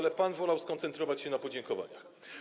Jednak pan wolał skoncentrować się na podziękowaniach.